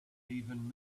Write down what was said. even